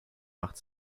macht